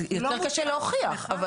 יותר קשה להוכיח את זה,